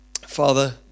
Father